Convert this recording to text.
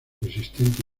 resistente